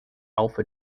alpha